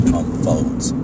unfolds